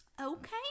okay